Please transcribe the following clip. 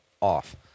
off